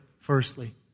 firstly